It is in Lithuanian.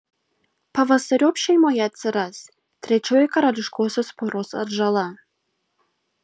pavasariop šeimoje atsiras trečioji karališkosios poros atžala